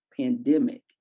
pandemic